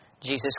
Jesus